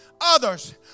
Others